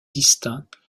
distincts